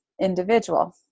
individual